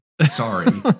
sorry